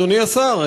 אדוני השר,